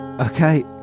Okay